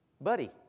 buddy